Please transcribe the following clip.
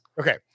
Okay